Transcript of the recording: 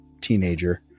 teenager